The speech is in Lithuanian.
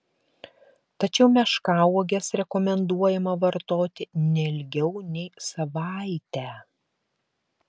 tačiau meškauoges rekomenduojama vartoti ne ilgiau nei savaitę